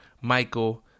Michael